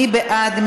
מי בעד?